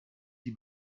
die